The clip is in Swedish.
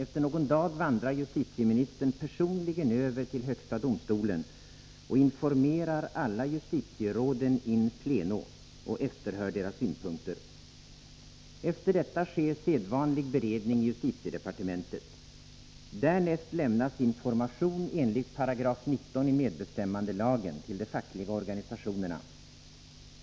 Efter någon dag vandrar justitieministern personligen över till högsta domstolen och informerar alla justitieråden in pleno och efterhör deras synpunkter. Efter detta sker sedvanlig beredning i justitiedepartementet. Därnäst lämnas information enligt 19 § medbestämmandelagen till de fackliga organisationerna.